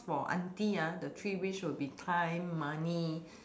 for aunty ah the three wish will be time money